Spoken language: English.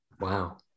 Wow